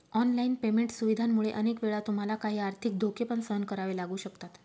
online payment सुविधांमुळे अनेक वेळा तुम्हाला काही आर्थिक धोके पण सहन करावे लागू शकतात